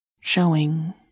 showing